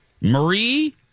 Marie